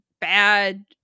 bad